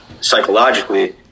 psychologically